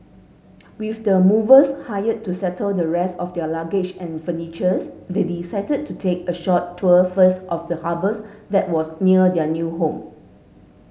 with the movers hired to settle the rest of their luggage and furnitures they decided to take a short tour first of the harbours that was near their new home